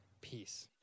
peace